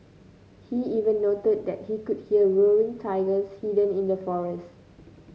he even noted that he could hear roaring tigers hidden in the forest